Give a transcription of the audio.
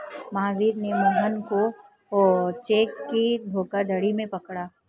महावीर ने मोहन को चेक के धोखाधड़ी में पकड़ा